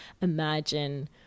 imagine